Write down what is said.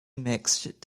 mixed